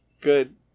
good